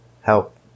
help